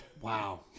Wow